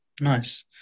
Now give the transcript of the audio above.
Nice